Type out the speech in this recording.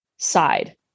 side